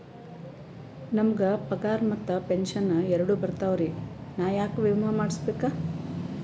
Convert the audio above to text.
ನಮ್ ಗ ಪಗಾರ ಮತ್ತ ಪೆಂಶನ್ ಎರಡೂ ಬರ್ತಾವರಿ, ನಾ ಯಾಕ ವಿಮಾ ಮಾಡಸ್ಬೇಕ?